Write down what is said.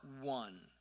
one